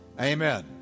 Amen